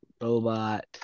robot